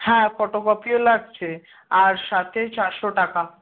হ্যাঁ ফটোকপিও লাগছে আর সাথে চারশো টাকা